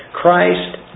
Christ